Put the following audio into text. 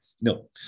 No